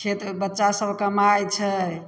खेत बच्चा सभ कमाइ छै